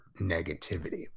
negativity